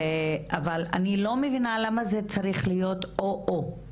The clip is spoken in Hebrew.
אבל אני לא מבינה למה זה צריך להיות או-או,